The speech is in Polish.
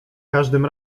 każdym